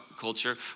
culture